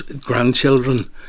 grandchildren